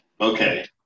Okay